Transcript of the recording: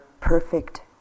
perfect